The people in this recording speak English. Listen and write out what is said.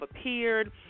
appeared